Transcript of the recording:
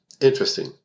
interesting